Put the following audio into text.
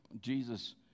Jesus